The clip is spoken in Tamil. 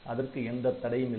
அதற்கு எந்தத் தடையும் இல்லை